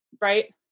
right